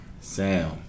Sam